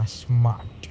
must smart